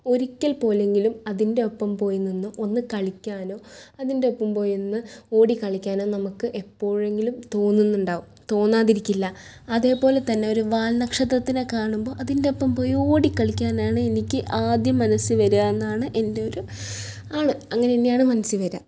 ഒരിക്കൽ പോലെങ്കിലും അതിൻ്റെ ഒപ്പം പോയി നിന്ന് ഒന്ന് കളിക്കാനോ അതിൻ്റെ ഒപ്പം പോയി ഒ ന്ന് ഓടി കളിക്കാനോ നമുക്ക് എപ്പോഴെങ്കിലും തോന്നുന്നുണ്ടാകും തോന്നാതിരിക്കില്ല അതേപോലെ തന്നെ ഒരു വാൽനക്ഷത്രത്തിനെ കാണുമ്പോൾ അതിൻ്റെ ഒപ്പം പോയി ഓടി കളിക്കാനാണ് എനിക്ക് ആദ്യം മനസ്സിൽ വരിക എന്നാണ് എൻ്റെ ഒരു ആണ് അങ്ങനെ തന്നെയാണ് മനസ്സിൽ വരിക